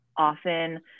often